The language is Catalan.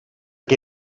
que